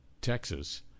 Texas